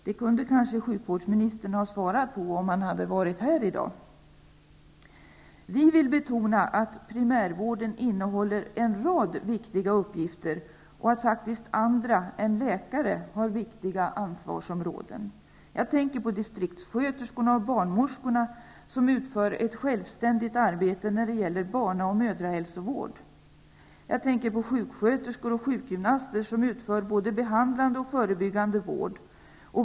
Det kunde kanske sjukvårdsministern har svarat på om han hade varit här i dag. Vi vill betona att primärvården innehåller en rad viktiga uppgifter och att faktiskt andra än läkare har viktiga ansvarsområden. Jag tänker på distrikssköterskorna och barnmorskorna som utför ett självständigt arbete när det gäller barna och mödrahälsovård. Jag tänker på sjuksköterskor och sjukgymnaster som utför både behandlande och förebyggande vård.